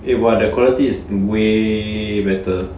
eh !wah! the quality is way better